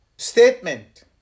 statement